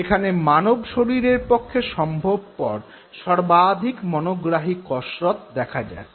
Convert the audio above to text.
এখানে মানব শরীরের পক্ষে সম্ভবপর সর্বাধিক মনোগ্রাহী কসরৎ দেখা যাচ্ছে